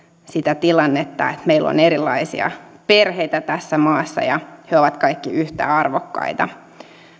sitä tilannetta että meillä on erilaisia perheitä tässä maassa ja he ovat kaikki yhtä arvokkaita